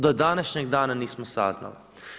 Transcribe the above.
Do današnjeg dana nismo saznali.